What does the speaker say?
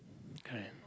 correct